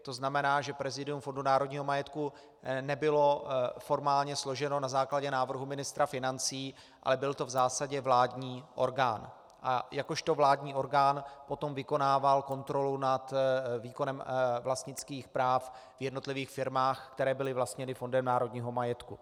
To znamená, že prezidium Fondu národního majetku nebylo formálně složeno na základě návrhů ministra financí, ale byl to v zásadě vládní orgán a jakožto vládní orgán potom vykonával kontrolu nad výkonem vlastnických práv v jednotlivých firmách, které byly vlastněny Fondem národního majetku.